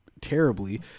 terribly